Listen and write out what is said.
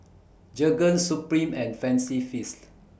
Jergens Supreme and Fancy Feast